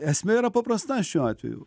esmė yra paprasta šiuo atveju